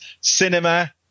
cinema